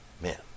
Man